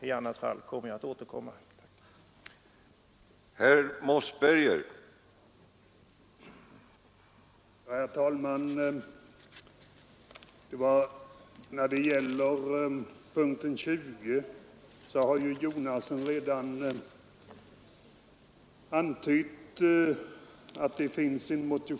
I annat fall ämnar jag återkomma i frågan.